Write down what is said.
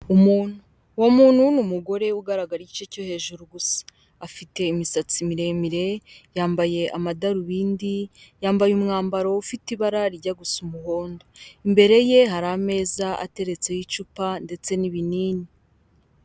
Umuntu, uwo muntu n'umugore ugaragara igice cyo hejuru, gusa afite imisatsi miremire yambaye amadarubindi, yambaye umwambaro ufite ibara ryajya gusa umuhondo, imbere ye hari ameza ateretseho icupa ndetse n'ibinini.